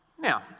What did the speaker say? Now